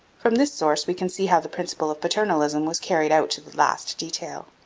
from this source we can see how the principle of paternalism was carried out to the last detail.